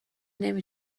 نمی